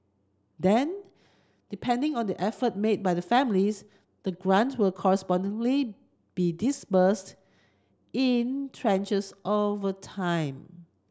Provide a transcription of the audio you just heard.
then depending on the effort made by the families the grant will correspondingly be disbursed in tranches over time